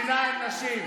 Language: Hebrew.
51% מהמדינה הן נשים.